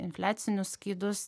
infliacinius skydus